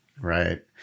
right